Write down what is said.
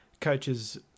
coaches